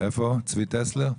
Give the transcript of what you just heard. צבי טסלר,